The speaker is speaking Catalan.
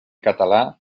català